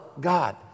God